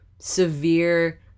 severe